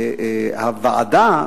בוועדה,